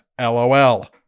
LOL